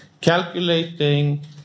calculating